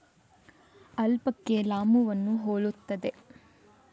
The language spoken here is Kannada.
ಅಲ್ಪಕ ಲಾಮೂವನ್ನು ಹೋಲುತ್ತದೆ